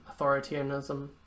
authoritarianism